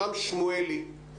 רם שמואלי.